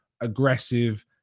aggressive